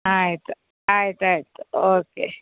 ಆಯಿತಾ ಆಯ್ತು ಆಯ್ತು ಓಕೆ